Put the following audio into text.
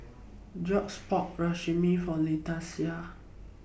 Gorge's bought Rajma For Leticia